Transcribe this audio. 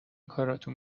کارتون